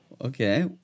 Okay